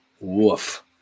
Woof